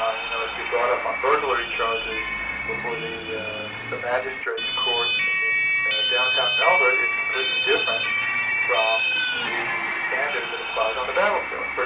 ah you know, if you're brought up on burglary charges before the yeah the magistrate's court and in downtown melbourne, it's completely different from the standard that applies on the battlefield.